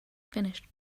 finished